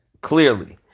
clearly